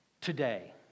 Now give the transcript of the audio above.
Today